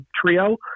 trio